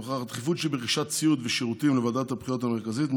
נוכח הדחיפות שברכישת ציוד ושירותים לוועדת הבחירות המרכזית,